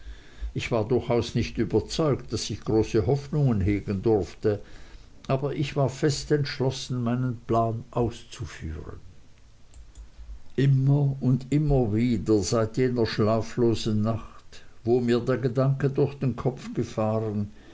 ich war durchaus nicht überzeugt daß ich große hoffnungen hegen durfte aber ich war fest entschlossen meinen plan auszuführen immer und immer wieder seit jener schlaflosen nacht wo mir der gedanke durch den kopf gefahren